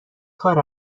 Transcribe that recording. کار